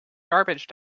garbage